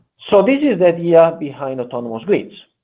so this is and yeah behind autonomous grids.